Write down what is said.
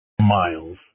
Miles